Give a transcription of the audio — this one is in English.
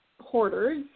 hoarders